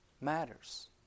matters